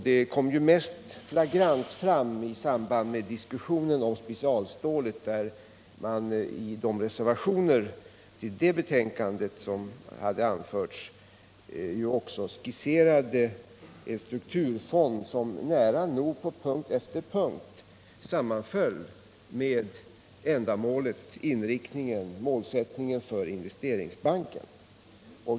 Detta var mest flagrant i samband med diskussionen om specialstålet, där man i reservationerna vid det betänkandet skisserade en strukturfond som nära nog på punkt efter punkt sammanföll med ändamålet, inriktningen och målsättningen för Investeringsbanken.